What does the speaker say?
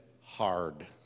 hard